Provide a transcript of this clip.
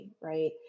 right